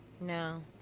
no